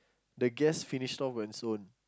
the gas finished off on it's own